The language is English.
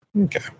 Okay